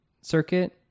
circuit